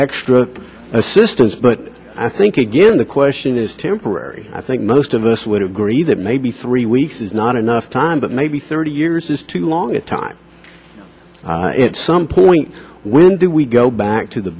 extra assistance but i think again the question is temporary i think most of us would agree that maybe three weeks is not enough time but maybe thirty years is too long a time it's some point when do we go back to the